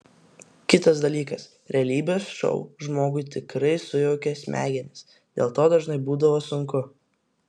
kitas dalykas realybės šou žmogui tikrai sujaukia smegenis dėl to dažnai būdavo sunku